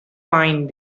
find